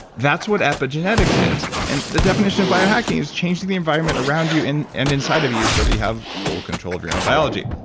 that's what epigenetics is and the definition of biohacking is changing the environment around you and and inside of you so that you have full control of your own biology.